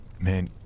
Man